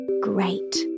Great